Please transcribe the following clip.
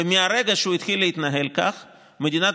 ומהרגע שהוא התחיל להתנהל כך מדינת